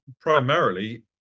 primarily